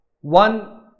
one